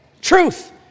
Truth